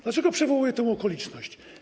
Dlaczego przywołuję tę okoliczność?